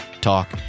Talk